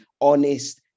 honest